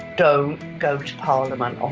don't go to parliament on